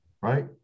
right